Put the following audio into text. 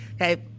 Okay